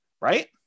right